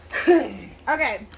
Okay